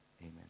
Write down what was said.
Amen